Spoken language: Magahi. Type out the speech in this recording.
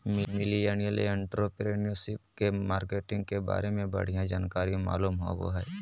मिलेनियल एंटरप्रेन्योरशिप के मार्केटिंग के बारे में बढ़िया जानकारी मालूम होबो हय